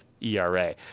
ERA